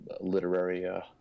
literary